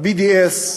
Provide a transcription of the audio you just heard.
ה-BDS,